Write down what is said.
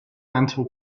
mental